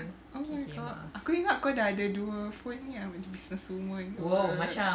oh my god aku ingat kau dah ada dua phone ni I'm a businesswoman ke